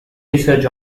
research